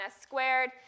squared